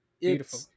Beautiful